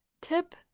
tip